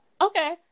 okay